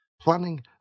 Planning